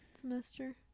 semester